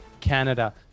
Canada